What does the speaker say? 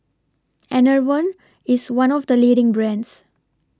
Enervon IS one of The leading brands